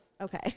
Okay